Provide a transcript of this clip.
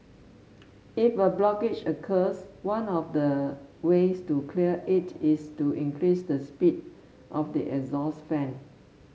if a blockage occurs one of the ways to clear it is to increase the speed of the exhaust fan